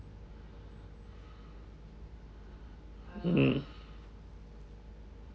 mm